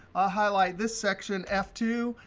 ah highlight this section, f two,